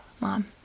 Mom